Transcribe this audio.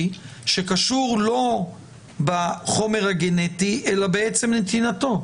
שקשור לא בחומר הגנטי אלא בעצם נתינתו?